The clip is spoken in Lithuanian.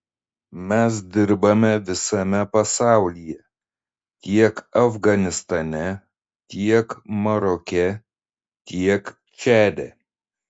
mes dirbame visame pasaulyje tiek afganistane tiek maroke tiek čade